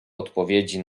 odpowiedzi